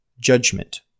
judgment